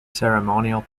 ceremonial